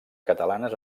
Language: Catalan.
catalanes